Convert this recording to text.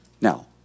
Now